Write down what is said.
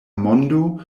mondo